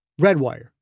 Redwire